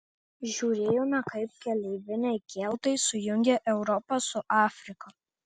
žiūrėjome kaip keleiviniai keltai sujungia europą su afrika